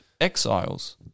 Exiles